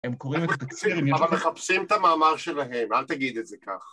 הם קוראים את התקציר, הם מחפשים את המאמר שלהם, אל תגיד את זה כך